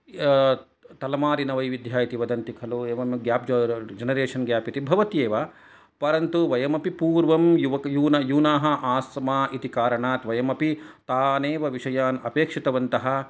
तलमारिन वैविध्या इति वदन्ति खलु एवं गेप् जेनरेशन् गेप् इति भवति एव परन्तु वयमपि पूर्वं युवक यूनाः आस्म इति कारणात् वयमपि तान् एव विषयान् अपेक्षितवन्तः